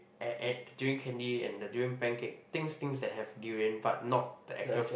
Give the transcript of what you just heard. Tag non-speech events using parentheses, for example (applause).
and and durian candy and the durian pancake things things that have durian but not the actual (noise)